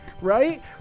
Right